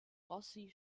rossi